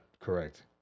correct